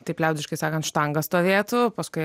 taip liaudiškai sakant štangą stovėtų paskui